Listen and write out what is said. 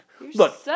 Look